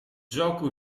gioco